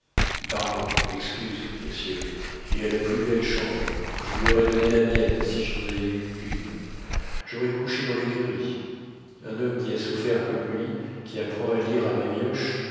pardon excuse monsieur il a la plus belle chambre je lui aurais donné la mienne si je n'en avais eu qu'une j'aurais couché dans l'écurie un homme qui a souffert comme lui qui apprend à lire à mes mioches